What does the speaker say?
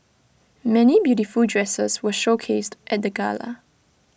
many beautiful dresses were showcased at the gala